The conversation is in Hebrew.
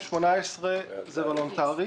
2018 זה וולונטרי.